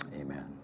Amen